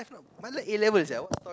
like that eleven sia